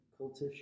cultish